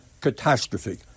catastrophe